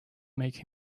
make